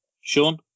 Sean